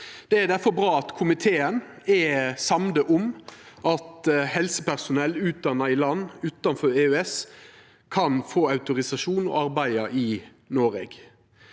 Det er difor bra at komiteen er samd om at helsepersonell utdanna i land utanfor EØS kan få autorisasjon og arbeida i Noreg.